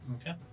Okay